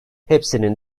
hepsinin